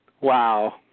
Wow